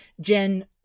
Jen